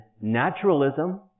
naturalism